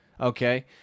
Okay